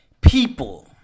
People